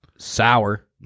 Sour